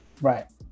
Right